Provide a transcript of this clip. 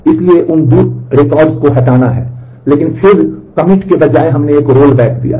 इसलिए इन 2 रिकॉर्ड्स को हटाना है लेकिन फिर कमिट के बजाय हमने एक रोलबैक दिया है